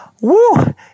Woo